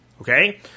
Okay